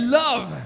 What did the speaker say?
love